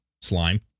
slime